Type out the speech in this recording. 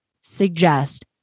suggest